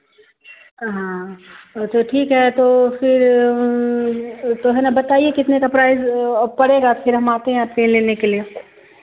हँ तो ठीक है तो फिर तो हमें बताइए कितने का प्राइस पड़ेगा फिर हम आते हैं आपके यहाँ लेने के लिए